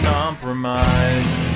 compromise